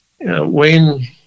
Wayne